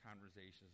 conversations